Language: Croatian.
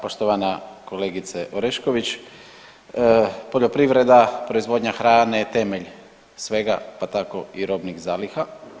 Poštovana kolegice Orešković, poljoprivreda, proizvodnja hrane je temelj svega pa tako i robnih zaliha.